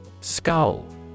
Skull